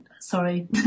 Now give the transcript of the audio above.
sorry